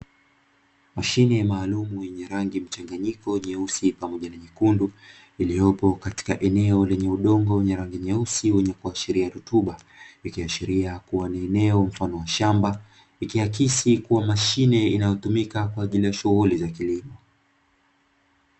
Mashine maalumu yenye rangi mchanganyiko nyeusi pamoja na nyekundu, iliyopo katika eneo lenye udongo wenye rangi nyeusi wenye kuashiria rutuba. Likiashiria kuwa ni eneo mfano wa shamba, ikiakisi kuwa mashine inayotumika kwa ajili ya shughuli za kilimo.